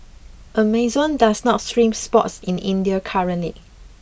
Amazon does not stream sports in India currently